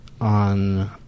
on